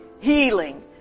Healing